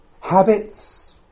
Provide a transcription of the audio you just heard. habits